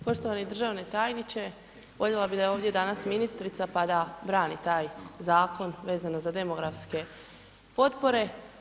Poštovani državni tajniče, voljela bi da je ovdje danas ministrica pa da brani taj zakon vezano za demografske potpore.